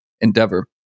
endeavor